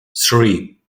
three